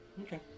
okay